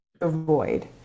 avoid